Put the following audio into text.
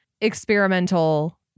experimental